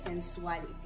Sensuality